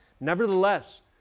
Nevertheless